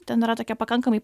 ten yra tokia pakankamai